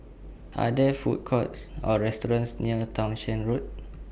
Are There Food Courts Or restaurants near Townshend Road